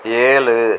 ஏழு